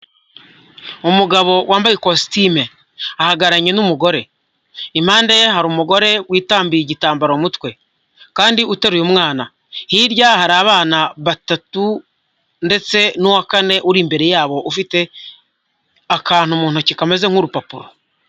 Umugabo wambaye kositime ahagararanye n'umugore impande ye hari umugore witandiye igitambaro mu mutwe kandi uteruye umwana, hirya hari abana batatu ndetse n'uwa kane uri imbere yabo ufite akantu mu ntoki kameze nk'urupapuro.